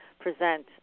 present